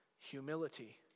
humility